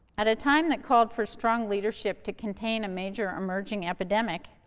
at a time that called for strong leadership to contain a major emerging epidemic,